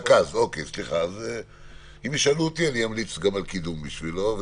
אם ישאלו אותי אמליץ על קידום שלו לתפקיד סגן הממונה על התקציבים,